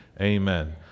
Amen